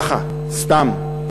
ככה סתם,